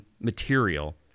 material